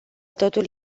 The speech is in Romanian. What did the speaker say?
totul